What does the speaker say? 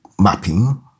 mapping